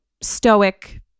stoic